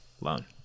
loan